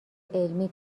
علمی